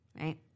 Right